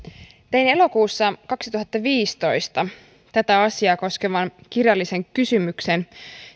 tein elokuussa kaksituhattaviisitoista tätä asiaa koskevan kirjallisen kysymyksen